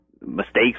mistakes